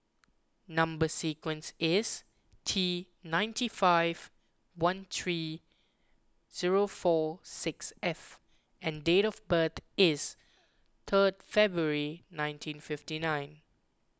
Number Sequence is T ninety five one three zero four six F and date of birth is third February nineteen fifty nine